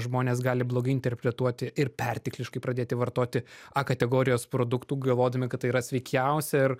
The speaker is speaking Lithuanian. žmonės gali blogai interpretuoti ir pertekliškai pradėti vartoti a kategorijos produktų galvodami kad tai yra sveikiausia ir